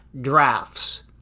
drafts